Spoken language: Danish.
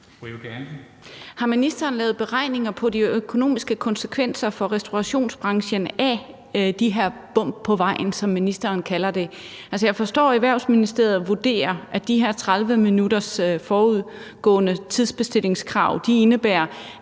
Har ministeren lavet beregninger på de økonomiske konsekvenser for restaurationsbranchen af de her bump på vejen, som ministeren kalder det? Altså, jeg forstår, at Erhvervsministeriet vurderer, at det her krav om forudgående tidsbestilling 30 minutter